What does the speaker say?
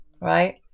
Right